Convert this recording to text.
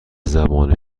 زبان